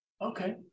Okay